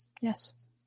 Yes